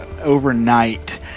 overnight